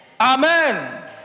Amen